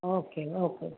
okay okay